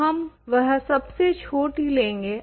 तो हम वह सबसे छोटा लेंगे